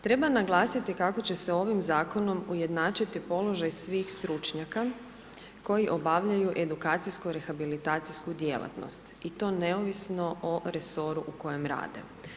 Treba naglasiti kako će se ovim zakonom ujednačiti položaj svih stručnjaka koji obavljaju edukacijsko rehabilitacijsku djelatnost i to neovisno o resoru u kojem rade.